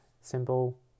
simple